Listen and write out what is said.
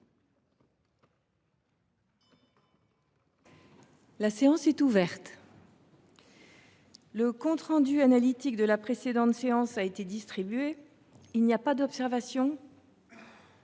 La séance est ouverte. Le compte rendu analytique de la précédente séance a été distribué. Il n’y a pas d’observation ?…